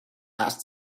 asked